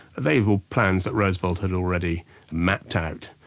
they were plans that roosevelt had already mapped out.